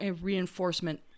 reinforcement